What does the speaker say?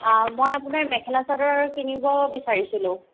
মই আপোনাৰ মেখেলা চাদৰ কিনিব বিচাৰিছিলোঁ